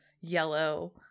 yellow